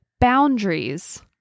boundaries